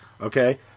Okay